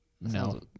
No